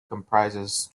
comprises